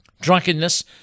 Drunkenness